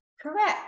Correct